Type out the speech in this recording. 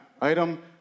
item